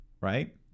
right